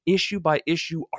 issue-by-issue